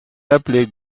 appelait